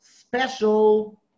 special